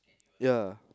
yeah